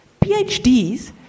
PhDs